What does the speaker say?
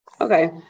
Okay